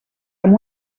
amb